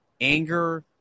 anger